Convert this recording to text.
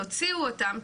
תוציאו אותם,